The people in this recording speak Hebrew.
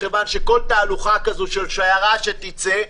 כל תהלוכה של שיירה שתצא,